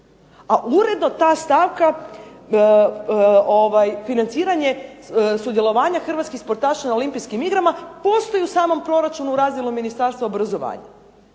A uredno ta stavka financiranje sudjelovanja hrvatskih sportaša na olimpijskim igrama postoji u samom proračunu u razdjelu Ministarstva obrazovanja.